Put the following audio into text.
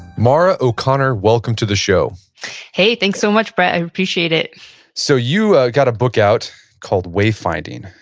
maura o'connor, welcome to the show hey, thanks so much, brett. i appreciate it so you ah got a book out called wayfinding.